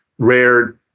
rare